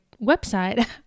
website